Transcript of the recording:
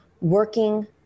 working